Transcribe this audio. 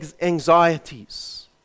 anxieties